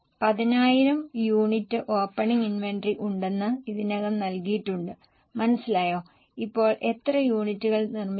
10000 unit opening inventory ഉണ്ടെന്ന് ഇതിനകം നൽകിയിട്ടുണ്ട് മനസ്സിലായോ ഇപ്പോൾ എത്ര യൂണിറ്റുകൾ നിർമ്മിക്കണം